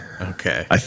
Okay